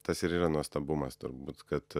tas ir yra nuostabumas turbūt kad